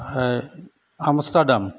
Amsterdam